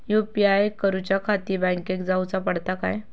UPI करूच्याखाती बँकेत जाऊचा पडता काय?